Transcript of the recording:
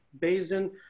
basin